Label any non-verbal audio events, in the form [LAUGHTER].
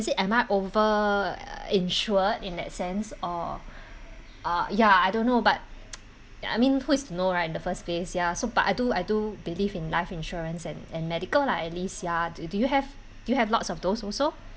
is it am I over insured in that sense or uh ya I don't know but [NOISE] I mean who is to know right in the first place ya so but I do I do believe in life insurance and and medical lah at least ya do do you have do you have lots of those also